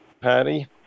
patty